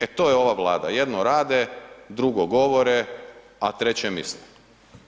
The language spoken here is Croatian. E to je ova Vlada, jedno rade, drugo govore, a treće misle.